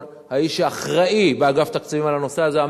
האיש שאחראי באגף התקציבים לנושא הזה.